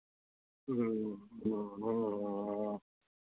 ह्म्म ह्म्म ह्म्म ह्म्म ह्म्म